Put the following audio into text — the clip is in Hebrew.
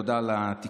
ותודה על התיקון,